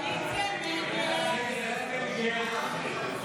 הסתייגות 145 לא נתקבלה.